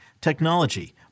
technology